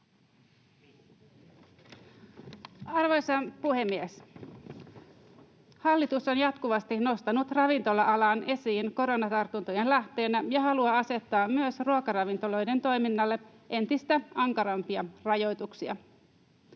Arvoisa puhemies! Hallitus on jatkuvasti nostanut esiin ravintola-alan koronatartuntojen lähteenä ja haluaa asettaa myös ruokaravintoloiden toiminnalle entistä ankarampia rajoituksia.